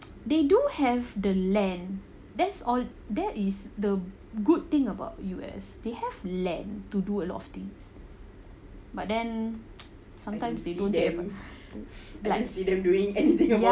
they do have the land that's all that is the good thing about U_S they have land to do a lot of things but then sometimes they don't take